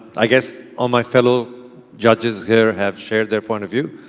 i guess all my fellow judges here have shared their point of view.